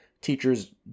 teachers